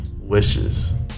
wishes